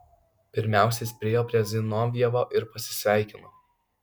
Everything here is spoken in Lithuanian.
pirmiausia jis priėjo prie zinovjevo ir pasisveikino